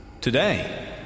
Today